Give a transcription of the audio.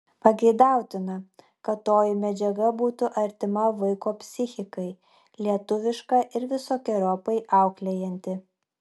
pageidautina kad toji medžiaga būtų artima vaiko psichikai lietuviška ir visokeriopai auklėjanti